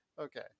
okay